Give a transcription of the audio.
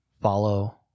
Follow